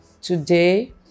today